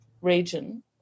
region